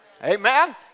Amen